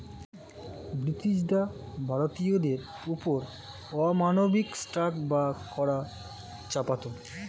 ব্রিটিশরা ভারতীয়দের ওপর অমানবিক ট্যাক্স বা কর চাপাতো